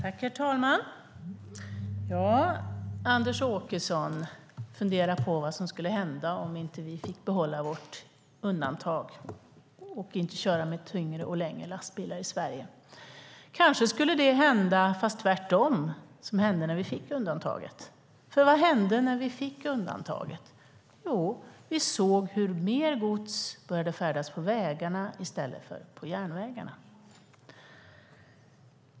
Herr talman! Anders Åkesson funderar på vad som skulle hända om vi inte fick behålla vårt undantag och inte längre köra med tyngre och längre lastbilar i Sverige. Kanske skulle det hända, fast tvärtom, som hände när vi fick undantaget, för vad hände när vi fick undantaget? Jo, vi såg hur mer gods började färdas på vägarna i stället för på järnvägarna.